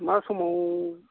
मा समाव